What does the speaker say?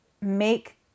make